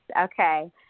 Okay